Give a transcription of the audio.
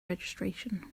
registration